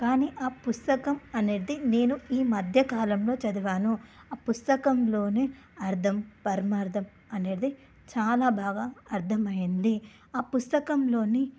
కానీ ఆ పుస్తకం అనేది నేను ఈ మధ్యకాలంలో చదివాను ఆ పుస్తకంలోని అర్థం పరమార్థం అనేటిది చాలా బాగా అర్థమైంది ఆ పుస్తకంలోని